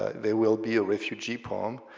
there will be a refugee problem,